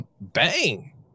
bang